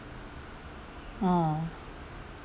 oh